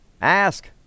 ask